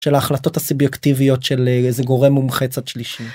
של ההחלטות הסיביוקטיביות של איזה גורם מומחץ הצלישי.